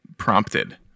prompted